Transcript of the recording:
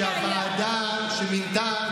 כשהוועדה שמינתה,